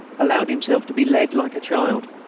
allowed himself to be led like a child.